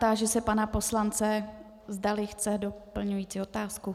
Táži se pana poslance, zdali chce doplňující otázku.